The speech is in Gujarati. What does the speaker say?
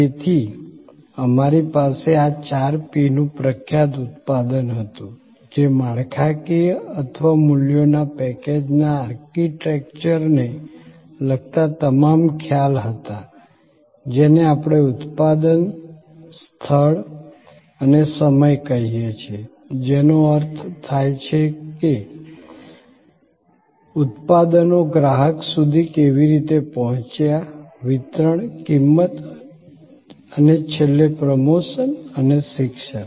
તેથી અમારી પાસે આ ચાર P નું પ્રખ્યાત ઉત્પાદન હતું જે માળખાકીય અથવા મૂલ્યોના પેકેજના આર્કિટેક્ચરને લગતા તમામ ખ્યાલ હતા જેને આપણે ઉત્પાદન સ્થળ અને સમય કહીએ છીએ જેનો અર્થ થાય છે કે ઉત્પાદનો ગ્રાહક સુધી કેવી રીતે પહોંચ્યા વિતરણ કિંમત અને છેલ્લે પ્રમોશન અને શિક્ષણ